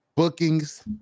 Bookings